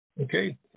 Okay